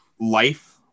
life